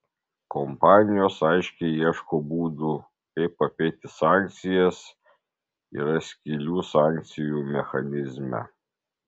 kompanijos aiškiai ieško būdų kaip apeiti sankcijas yra skylių sankcijų mechanizme